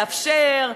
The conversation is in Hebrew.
לאפשר,